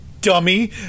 dummy